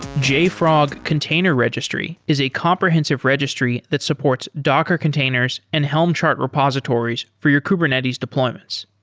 jfrog container registry is a comprehensive registry that supports docker containers and helm chart repositories for your kubernetes deployments.